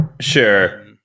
sure